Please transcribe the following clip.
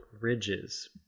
ridges